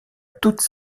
toute